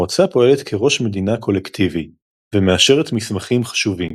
המועצה פועלת כ"ראש מדינה קולקטיבי" ומאשרת מסמכים חשובים.